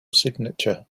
signature